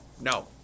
no